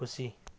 खुसी